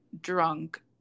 drunk